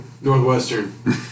Northwestern